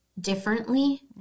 differently